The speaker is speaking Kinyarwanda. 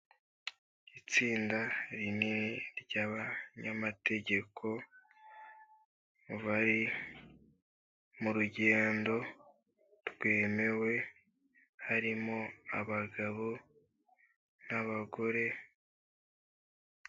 Itsinda rinini ry'abanyamategeko mu bari mu rugendo rwemewe harimo abagabo n'abagore.